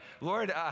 Lord—